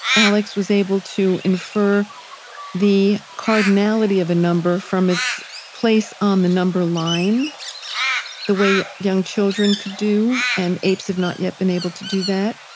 alex was able to infer the cardinality of a number its place on the number line the way young children could do and apes have not yet been able to do that